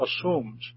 assumes